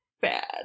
bad